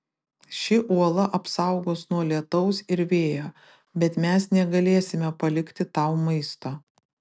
ši uola apsaugos nuo lietaus ir vėjo bet mes negalėsime palikti tau maisto